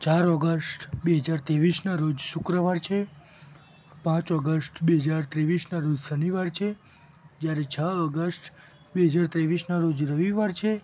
ચાર ઑગસ્ટ બે હજાર ત્રેવીસના રોજ શુક્રવાર છે પાંચ ઑગસ્ટ બે હજાર ત્રેવીસના રોજ શનિવાર છે જયારે છ ઑગસ્ટ બે હજાર ત્રેવીસના રોજ રવિવાર છે